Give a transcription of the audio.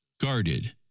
guarded